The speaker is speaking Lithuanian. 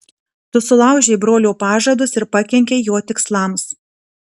tu sulaužei brolio pažadus ir pakenkei jo tikslams